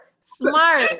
Smart